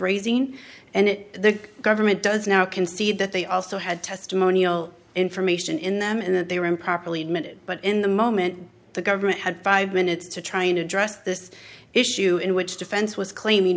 raising and it the government does now concede that they also had testimonial information in them and that they were improperly admitted but in the moment the government had five minutes to try and address this issue in which defense was claiming